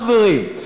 חברים.